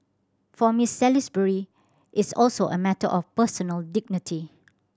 for Miss Salisbury it's also a matter of personal dignity